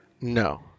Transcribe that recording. No